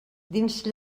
dins